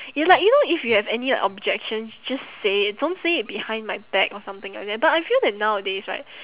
it like you know if you have any objections just say it don't say it behind my back or something like that but I feel that nowadays right